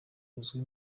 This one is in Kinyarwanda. uzwi